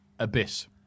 Abyss